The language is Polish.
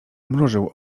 mrużył